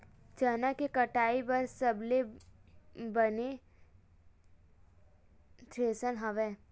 चना के कटाई बर सबले बने थ्रेसर हवय?